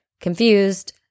confused